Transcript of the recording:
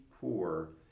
poor